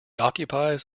occupies